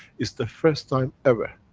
it's the first time ever,